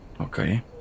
Okay